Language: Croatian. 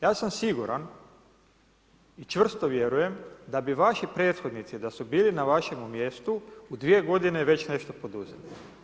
Ja sam siguran i čvrsto vjerujem da bi vaši prethodnici da su bili na vašemu mjestu u dvije godine već nešto poduzeli.